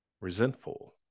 resentful